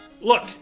Look